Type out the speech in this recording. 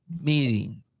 meeting